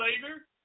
Savior